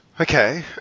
Okay